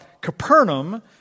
Capernaum